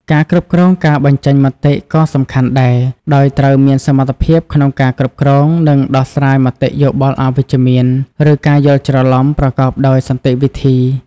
ការគ្រប់គ្រងការបញ្ចេញមតិក៏សំខាន់ដែរ ដោយត្រូវមានសមត្ថភាពក្នុងការគ្រប់គ្រង និងដោះស្រាយមតិយោបល់អវិជ្ជមាន ឬការយល់ច្រឡំប្រកបដោយសន្តិវិធី។